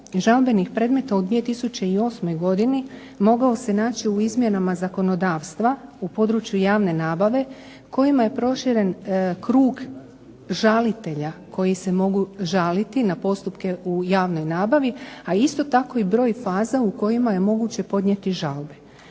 žalbenih predmeta u 2008. godini mogao se naći u izmjenama zakonodavstva u području javne nabave kojima je proširen krug žalitelja koji se mogu žaliti na postupke u javnoj nabavi, a isto tako i broj faza u kojima je moguće podnijeti žalbe.